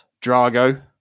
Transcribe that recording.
Drago